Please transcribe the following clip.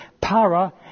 para